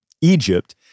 Egypt